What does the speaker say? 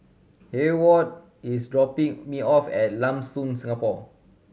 Heyward is dropping me off at Lam Soon Singapore